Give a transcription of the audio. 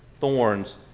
Thorns